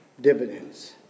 dividends